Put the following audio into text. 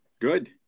good